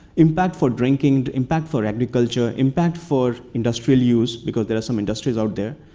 impact for drinking the impact for agriculture impact for industrial use, because there are some industries out there.